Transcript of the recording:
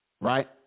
Right